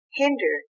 hinder